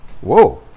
Whoa